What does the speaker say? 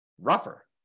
rougher